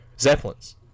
Zeppelins